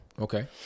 Okay